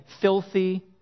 filthy